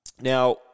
Now